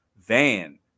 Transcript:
Van